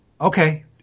Okay